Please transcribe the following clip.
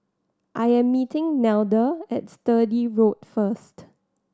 I am meeting Nelda at Sturdee Road first